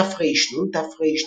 תר"ן–תרנ"א,